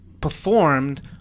performed